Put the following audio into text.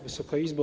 Wysoka Izbo!